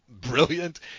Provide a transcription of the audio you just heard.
brilliant